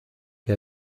que